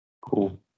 Cool